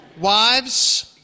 Wives